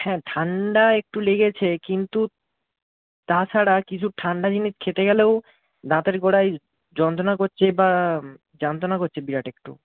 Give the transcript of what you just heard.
হ্যাঁ ঠান্ডা একটু লেগেছে কিন্তু তাছাড়া কিছু ঠান্ডা জিনিস খেতে গেলেও দাঁতের গোড়ায় যন্ত্রণা করছে বা যন্ত্রণা করছে বিরাট একটু